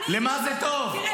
תראה,